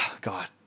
God